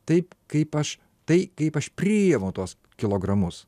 taip kaip aš tai kaip aš priimu tuos kilogramus